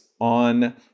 on